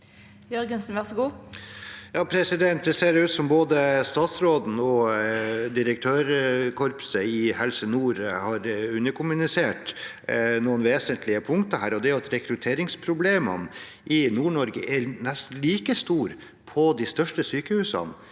Det ser ut som både statsråden og direktørkorpset i Helse Nord har underkommunisert noen vesentlige punkter her, og det er at rekrutteringsproblemene i Nord-Norge er nesten like store på de største sykehusene,